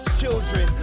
children